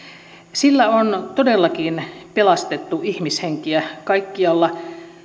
sillä on todellakin pelastettu ihmishenkiä kaikkialla